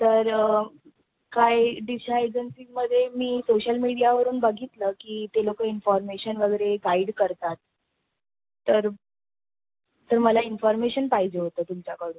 तर काय डिशा एजन्सीमध्ये मी सोशल मीडियावरून बघितलं की ते लोक इन्फॉर्मेशन वगैरे गाईड करतात तर तर मला इन्फॉर्मेशन पाहिजे होतं तुमच्याकडून